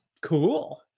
Cool